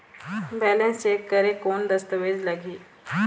Balance check करें कोन सा दस्तावेज लगी?